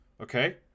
okay